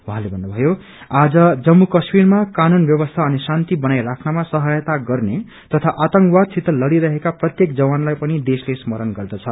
उहाँले भन्नुभयो आज जम्मू काश्मीरमा कानून व्यवस्था अनि शान्ति बनाइ राख्नमा सहयाता गर्ने तथा आतंकवादसित लड़िरहेका प्रत्येक जवानलाई पनि स्मरण गर्दछ